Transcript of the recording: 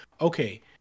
okay